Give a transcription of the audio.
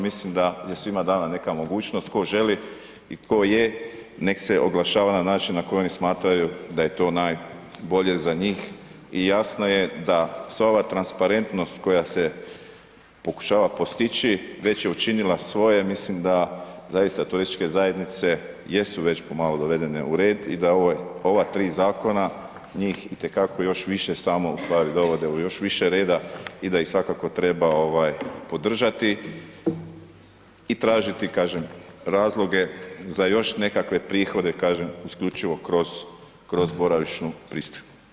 Mislim da je svima dana neka mogućnost tko želi i tko je nek se oglašava na način na koji oni smatraju da je to najbolje za njih i jasno je da sva ova transparentnost koja se pokušava postići već je učinila svoje, mislim da zaista turističke zajednice jesu već pomalo dovedena u red i da ova tri zakona njih i te kako još više samo u stvari dovode u još više reda i da ih svakako treba ovaj podržati i tražiti kažem razloge za još nekakve prihode kažem isključivo kroz, kroz boravišnu pristojbu.